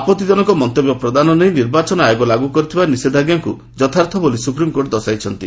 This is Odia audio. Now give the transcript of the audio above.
ଆପଭିଜନକ ମନ୍ତବ୍ୟ ପ୍ରଦାନ ନେଇ ନିର୍ବାଚନ ଆୟୋଗ ଲାଗୁ କରିଥିବା ନିଷେଧାଜ୍ଞାକୁ ଯଥାର୍ଥ ବୋଲି ସୁପ୍ରିମ୍କୋର୍ଟ ଦର୍ଶାଇଛନ୍ତି